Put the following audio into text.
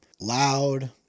Loud